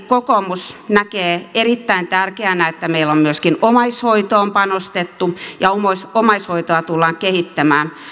kokoomus näkee erittäin tärkeänä että meillä on myöskin omaishoitoon panostettu ja omaishoitoa tullaan kehittämään